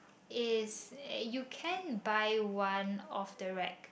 is you can buy one of the rack